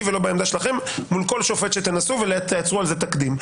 ולא בעמדה שלכם מול כל שופט ותייצרו על זה תקדים.